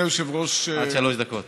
עד שלוש דקות.